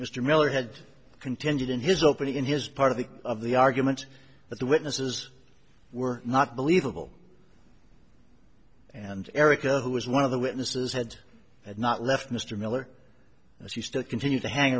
mr miller had contended in his opening in his part of the of the argument that the witnesses were not believable and erica who is one of the witnesses had not left mr miller as he still continued to hang